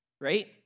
Right